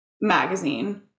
magazine